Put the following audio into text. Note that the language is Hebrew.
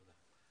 תודה.